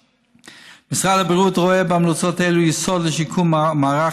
משרד הבריאות רואה בהמלצות אלה יסוד לשיקום מערך